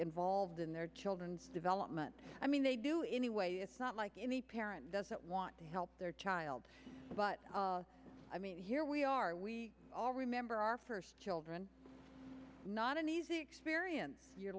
involved in their children's development i mean they do it anyway it's not like any parent doesn't want to help their child but i mean here we are we all remember our first children not an easy experience